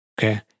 Okay